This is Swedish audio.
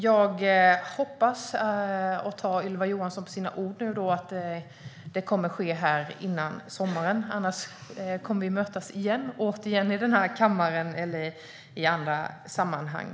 Jag tar nu Ylva Johansson på orden att utredningen kommer att tillsättas före sommaren. Annars kommer vi återigen att mötas i kammaren eller i andra sammanhang.